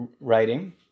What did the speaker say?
writing